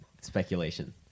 speculation